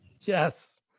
Yes